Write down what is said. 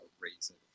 reason